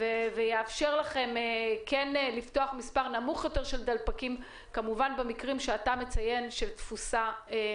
ויאפשר לכם לפתוח מספר נמוך יותר של דלפקים במקרים של תפוסה נמוכה.